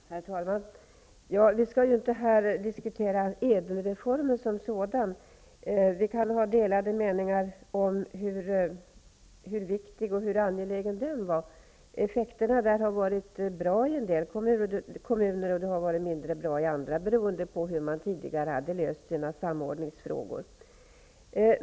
Herr talman! Vi skall inte nu diskutera Ädelreformen som sådan. Vi kan ha delade meningar om hur viktig och angelägen den var. Effekterna har varit bra i en del kommuner och mindre bra i andra, beroende på hur man tidigare löst sina samordningsfrågor.